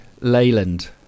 Leyland